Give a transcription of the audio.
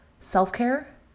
self-care